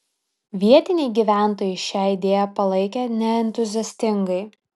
vietiniai gyventojai šią idėją palaikė neentuziastingai